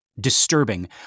disturbing